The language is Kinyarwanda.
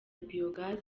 biogaz